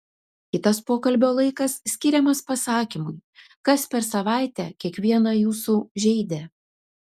kitas pokalbio laikas skiriamas pasakymui kas per savaitę kiekvieną jūsų žeidė